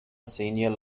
senior